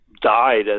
died